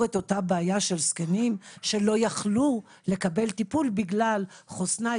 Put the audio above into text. את אותה בעיה של זקנים שלא יכלו לקבל טיפול בגלל חוסנה,